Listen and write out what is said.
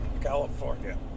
California